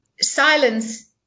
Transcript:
Silence